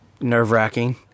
nerve-wracking